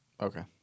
Okay